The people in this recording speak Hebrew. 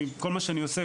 כל מה שאני עושה,